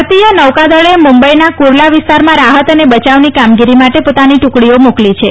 ભારતીય નૌકાદળે મુંબઇના કુરલા વિસ્તારમાં રાહત અને બચાવની કામગીરી માટે પોતાની ટુકડીઓ મોકલી છે